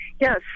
yes